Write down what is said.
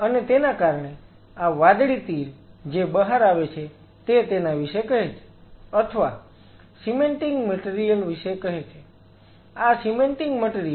અને તેના કારણે આ વાદળી તીર જે બહાર આવે છે તે તેના વિશે કહે છે અથવા સીમેન્ટિંગ મટીરીયલ વિશે કહે છે